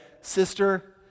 sister